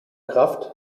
kraft